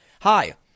Hi